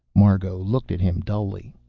margot looked at him dully.